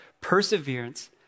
perseverance